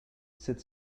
said